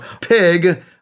pig